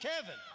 Kevin